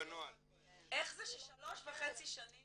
איך זה ששלוש וחצי שנים